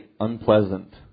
unpleasant